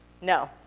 No